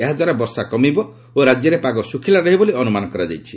ଏହାଦ୍ୱାରା ବର୍ଷା କମିବ ଓ ରାଜ୍ୟରେ ପାଗ ସୁଖିଲା ରହିବ ବୋଲି ଅନୁମାନ କରାଯାଇଛି